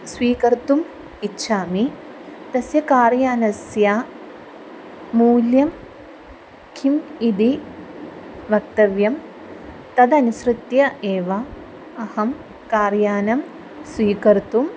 स्वीकर्तुम् इच्छामि तस्य कार् यानस्य मूल्यं किम् इति वक्तव्यं तदनुसृत्य एव अहं कार् यानं स्वीकर्तुं